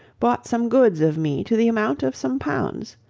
bought some goods of me to the amount of some pounds,